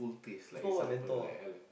smoke what menthol ah